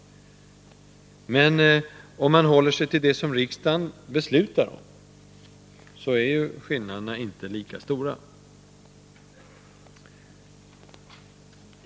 79 Men om man håller sig till det som riksdagen beslutar om är skillnaderna inte så stora.